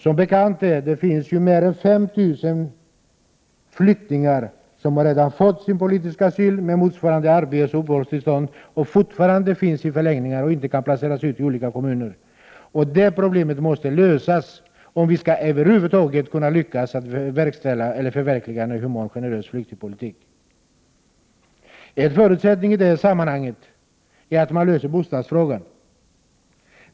Som bekant finns det mer än 5 000 flyktingar som redan har fått politisk asyl med åtföljande arbetsoch uppehållstillstånd men som fortfarande bor i förläggningarna och inte kan placeras ut i olika kommuner. Detta problem måste vi lösa om vi över huvud taget skall lyckas med att förverkliga en human och generös flyktingpolitik. En förutsättning för det är att man löser bostadsfrågan.